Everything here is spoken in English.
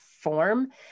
form